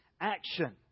action